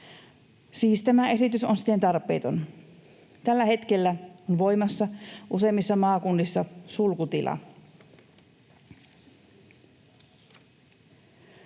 Siis tämä esitys on siten tarpeeton. Tällä hetkellä on useimmissa maakunnissa voimassa